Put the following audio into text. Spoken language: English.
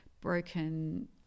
broken